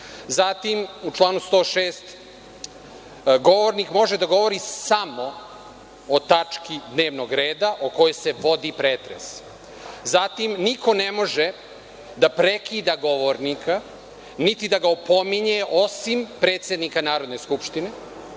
u članu 106. – govornik može da govori samo o tački dnevnog reda o kojoj se vodi pretres. Zatim, niko ne može da prekida govornika niti da ga opominje, osim predsednika Narodne skupštine